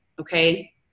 Okay